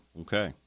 okay